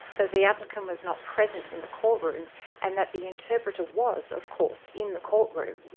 that the applicant was not present in the courtroom and that the interpreter was, of course, in the courtroom,